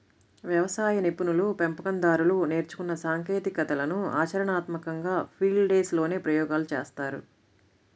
వ్యవసాయ నిపుణులు, పెంపకం దారులు నేర్చుకున్న సాంకేతికతలను ఆచరణాత్మకంగా ఫీల్డ్ డేస్ లోనే ప్రయోగాలు చేస్తారు